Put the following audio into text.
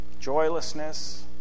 Joylessness